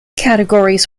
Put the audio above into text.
categories